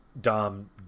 Dom